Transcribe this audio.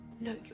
No